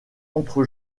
entre